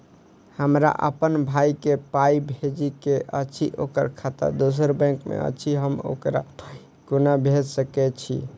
हमरा अप्पन भाई कऽ पाई भेजि कऽ अछि, ओकर खाता दोसर बैंक मे अछि, हम ओकरा पाई कोना भेजि सकय छी?